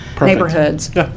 neighborhoods